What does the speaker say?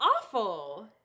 awful